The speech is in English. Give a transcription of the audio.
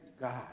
god